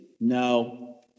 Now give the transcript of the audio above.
no